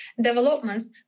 developments